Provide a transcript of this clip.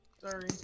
Sorry